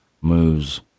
moves